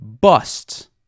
busts